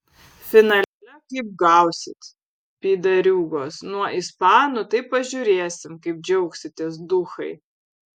finale kaip gausit pydariūgos nuo ispanų tai pažiūrėsim kaip džiaugsitės duchai